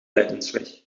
lijdensweg